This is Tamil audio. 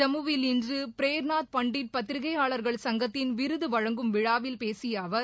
ஜம்முவில் இன்று பிரேர்நாத் பண்டிட் பத்திரிகையாளர்கள் சங்கத்தின் விருது வழங்கும விழாவில் பேசிய அவர்